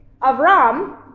Avram